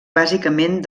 bàsicament